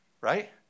right